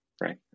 right